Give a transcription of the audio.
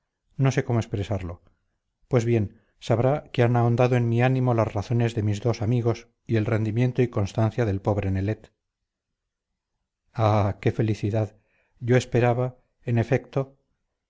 no sé cómo expresarlo pues bien sabrá que han ahondado en mi ánimo las razones de mis dos amigos y el rendimiento y constancia del pobre nelet ah qué felicidad yo esperaba en efecto